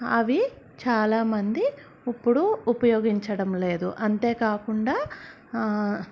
అవి చాలామంది ఇప్పుడు ఉపయోగించడం లేదు అంతేకాకుండా